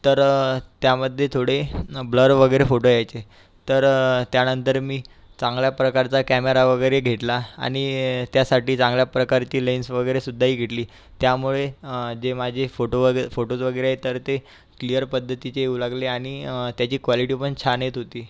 तर त्यामध्ये थोडे ब्लर वगैरे फोटो यायचे तर त्यानंतर मी चांगल्या प्रकारचा कॅमेरा वगैरे घेतला आणि त्यासाठी चांगल्या प्रकारची लेन्स वगैरे सुद्धाही घेतली त्यामुळे जे माझे फोटो वगै फोटोज वगैरे तर ते क्लीयर पद्धतीचे येऊ लागले आणि त्याची क्वालिटी पण छान येत होती